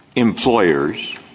employers,